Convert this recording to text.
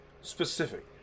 specific